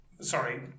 sorry